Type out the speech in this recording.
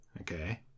Okay